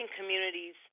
communities